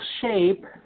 shape